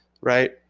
Right